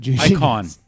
Icon